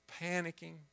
panicking